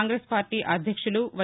Congress party అధ్యక్షులు why